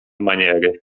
maniery